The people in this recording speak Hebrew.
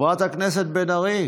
חברת כנסת בן ארי.